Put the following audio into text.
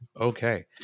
Okay